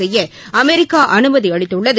செய்ய அமெரிக்கா அனுமதி அளித்துள்ளது